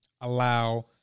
allow